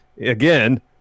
again